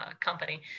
company